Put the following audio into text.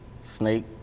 snake